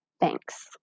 Thanks